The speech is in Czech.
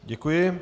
Děkuji.